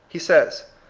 he says,